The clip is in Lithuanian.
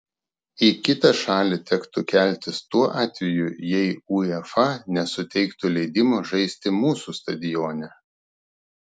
į kitą šalį tektų keltis tuo atveju jei uefa nesuteiktų leidimo žaisti mūsų stadione